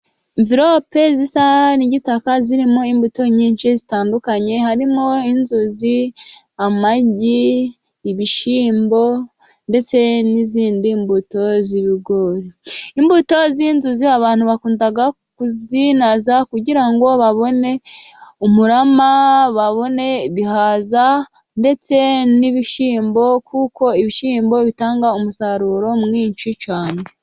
Imvirope zisa n'igitaka zirimo imbuto nyinshi zitandukanye, harimo inzuzi, amagi ,ibishyimbo ndetse n'izindi mbuto. Imbuto z'inzuzi abantu bakunda kuzinaza kugira ngo babone umurama babone bihaza ndetse n'ibishyimbo, kuko ibishyimbo bitanga umusaruro mwinshi cyane.